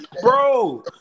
Bro